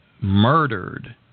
murdered